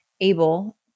able